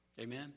Amen